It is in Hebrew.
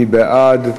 מי בעד?